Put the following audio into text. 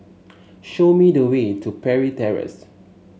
show me the way to Parry Terrace